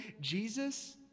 Jesus